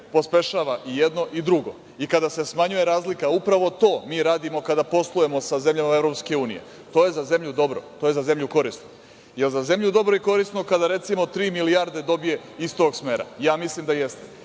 pospešuje i jedno i drugo i kada se smanjuje razlika, upravo to mi radimo kada poslujemo sa zemljama Evropske unije. To je za zemlju dobro, to je za zemlju korisno. Jel za zemlju dobro i korisno kada, recimo, tri milijarde dobije iz tog smera? Ja mislim da jeste.